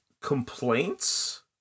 complaints